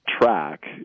Track